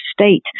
state